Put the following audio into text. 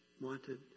wanted